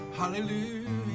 hallelujah